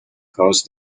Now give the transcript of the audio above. house